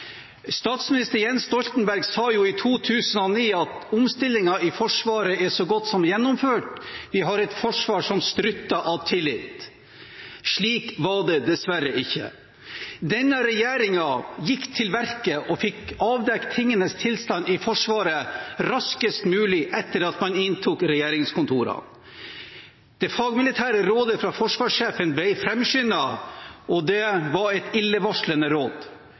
statsminister, Jens Stoltenberg, sa i 2009 at omstillingen i Forsvaret er så godt som gjennomført, vi har et forsvar som strutter av tillit. Slik var det dessverre ikke. Denne regjeringen gikk til verket og fikk avdekket tingenes tilstand i Forsvaret raskest mulig etter at man inntok regjeringskontorene. Det fagmilitære rådet fra forsvarssjefen ble fremskyndet. Det var et illevarslende råd,